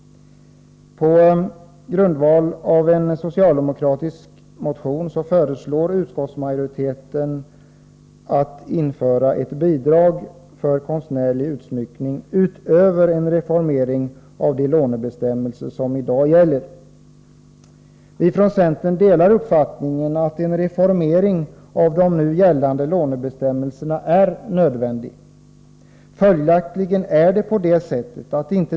På grundval av en socialdemokratisk motion föreslår utskottsmajoriteten införande av ett bidrag för konstnärlig utsmyckning utöver en reformering av de lånebestämmelser som i dag gäller. Vi från centern delar uppfattningen att en reformering av de nu gällande lånebestämmelserna är nödvändig.